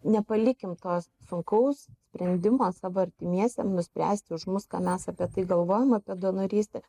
nepalikim to sunkaus sprendimo savo artimiesiem nuspręsti už mus ką mes apie tai galvojom apie donorystę